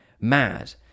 mad